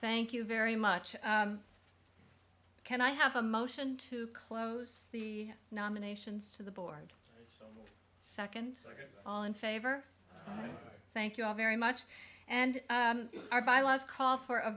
thank you very much can i have a motion to close the nominations to the board second all in favor thank you all very much and our bylaws call for a